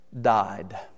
died